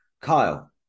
Kyle